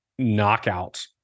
knockouts